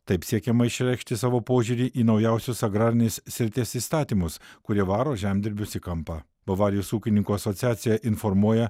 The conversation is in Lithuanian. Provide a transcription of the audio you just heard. taip siekiama išreikšti savo požiūrį į naujausius agrarinės srities įstatymus kurie varo žemdirbius į kampą bavarijos ūkininkų asociacija informuoja